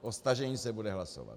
O stažení se bude hlasovat.